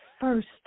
first